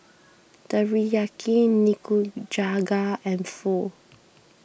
Teriyaki Nikujaga and Pho